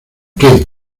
qué